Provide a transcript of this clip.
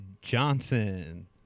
Johnson